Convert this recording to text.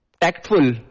tactful